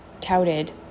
touted